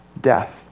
death